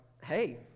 hey